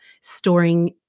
storing